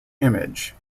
image